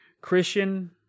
Christian